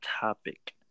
topic